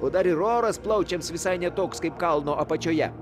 o dar ir oras plaučiams visai ne toks kaip kalno apačioje